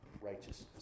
righteousness